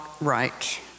right